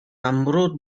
amrwd